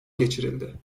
geçirildi